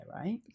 right